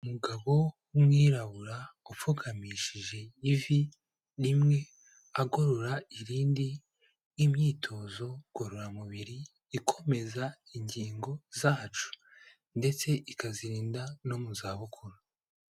Umugabo w'umwirabura upfukamishije ivi rimwe, agorora irindi, imyitozo ngororamubiri ikomeza ingingo zacu, ndetse ikazirinda no mu zabukuru.